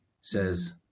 says